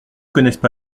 connaissent